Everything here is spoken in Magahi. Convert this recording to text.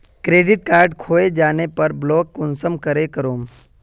क्रेडिट कार्ड खोये जाले पर ब्लॉक कुंसम करे करूम?